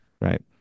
right